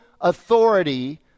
authority